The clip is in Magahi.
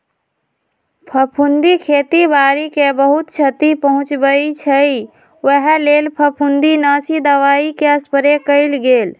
फफुन्दी खेती बाड़ी के बहुत छति पहुँचबइ छइ उहे लेल फफुंदीनाशी दबाइके स्प्रे कएल गेल